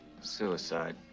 Suicide